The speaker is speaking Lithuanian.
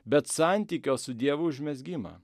bet santykio su dievu užmezgimą